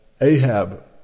Ahab